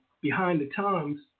behind-the-times